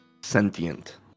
sentient